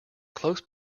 close